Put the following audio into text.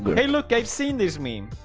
hey, look i've seen this meme